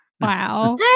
Wow